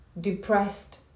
depressed